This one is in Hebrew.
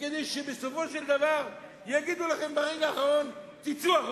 וכדי שבסופו של דבר יגידו לכם ברגע האחרון: תצאו החוצה.